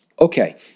Okay